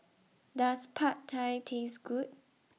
Does Pad Thai Taste Good